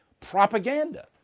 propaganda